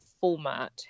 format